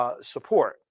support